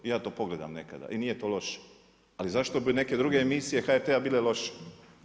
Ja to pogledam nekada i nije to loše, ali zašto bi neke druge emisije HRT-a bile lošije?